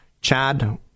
Chad